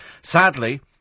Sadly